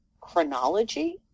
chronology